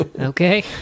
Okay